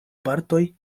partoj